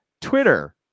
Twitter